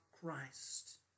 Christ